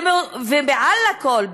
ומעל הכול,